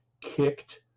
kicked